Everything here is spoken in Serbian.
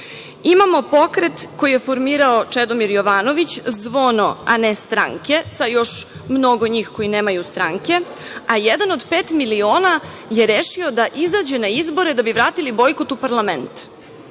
pokret koji je formirao Čedomir Jovanović „Zvono, a ne stranke“ sa još mnogo njih koji nemaju stranke, a jedan od pet miliona je rešio da izađe na izbore da bi vratili bojkot u parlament.